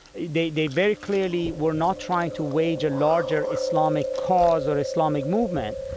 they they very clearly were not trying to wage a larger islamic cause or islamic movement.